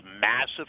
massive